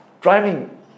driving